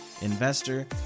investor